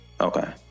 Okay